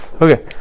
okay